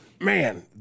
man